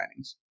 signings